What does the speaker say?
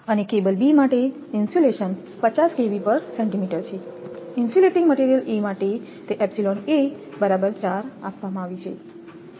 અને cable B માટે insulation 50 છે ઇન્સ્યુલેટીંગ મટિરિયલ A માટે તે બરાબર 4 આપવામાં આવી છે